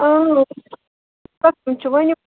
چھُ ؤنِو